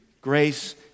grace